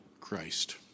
Christ